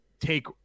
take